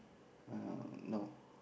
uh no